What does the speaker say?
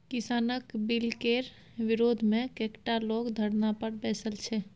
किसानक बिलकेर विरोधमे कैकटा लोग धरना पर बैसल छै